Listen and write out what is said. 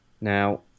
Now